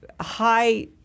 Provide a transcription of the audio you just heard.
high –